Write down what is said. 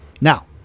Now